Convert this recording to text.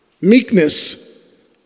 Meekness